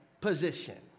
position